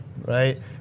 right